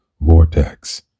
vortex